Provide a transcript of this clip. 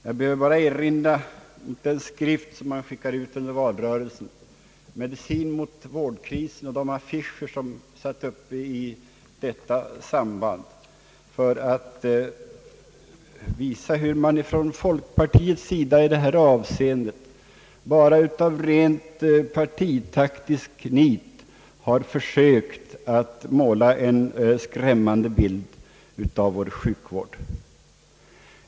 Jag behöver bara erinra om den skrift som man skickade ut under valrörelsen — »Medicin mot vårdkrisen« — och de affischer som sattes upp i det sammanhanget för att visa hur man från folkpartiets sida bara av rent partitaktiskt nit har försökt måla en skrämmande bild av vår sjukvård.